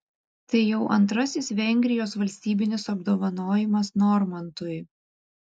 tai jau antrasis vengrijos valstybinis apdovanojimas normantui